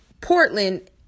Portland